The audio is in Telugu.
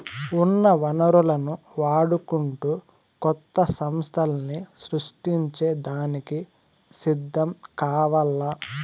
ఉన్న వనరులను వాడుకుంటూ కొత్త సమస్థల్ని సృష్టించే దానికి సిద్ధం కావాల్ల